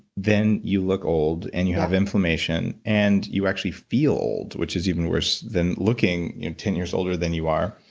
then you look old and you have inflammation and you actually feel old, which is even worse than looking ten years older than you are,